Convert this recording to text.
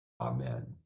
Amen